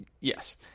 yes